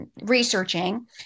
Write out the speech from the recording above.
researching